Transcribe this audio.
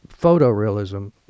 photorealism